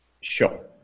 Sure